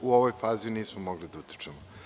U ovoj fazi nismo mogli da utičemo.